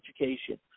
education